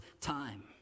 time